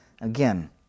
Again